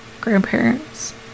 grandparents